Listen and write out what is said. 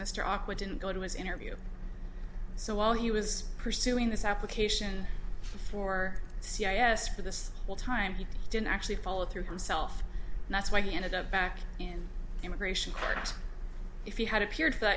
mr awkward didn't go to his interview so while he was pursuing this application for c i s for the whole time he didn't actually follow through himself and that's why he ended up back in immigration court if he had appear